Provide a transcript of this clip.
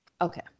Okay